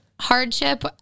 hardship